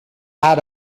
add